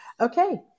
Okay